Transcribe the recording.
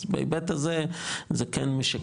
אז בהיבט הזה זה כן משקף,